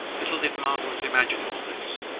little did margaret imagine all this.